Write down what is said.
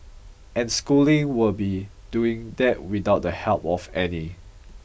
and schooling will be doing that without the help of any